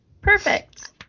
Perfect